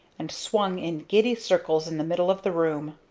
and swung in giddy circles in the middle of the room.